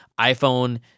iPhone